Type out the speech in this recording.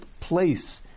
place